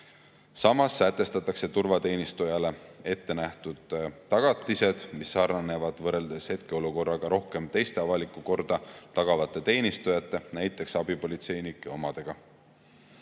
Samas sätestatakse turvateenistujale ettenähtud tagatised, mis sarnanevad võrreldes hetkeolukorraga rohkem teiste avalikku korda tagavate teenistujate, näiteks abipolitseinike